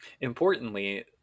Importantly